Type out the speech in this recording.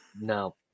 No